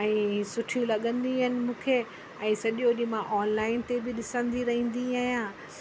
ऐं सुठियूं लॻंदियूं आहिनि मूंखे ऐं सॼो ॾींहुं मां ऑनलाइन ते बि ॾिसंदी रहंदी आहियां